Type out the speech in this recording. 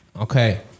okay